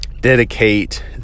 dedicate